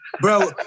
Bro